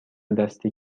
دستی